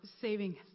saving